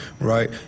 right